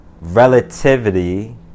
relativity